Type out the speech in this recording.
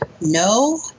no